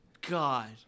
God